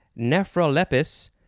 Nephrolepis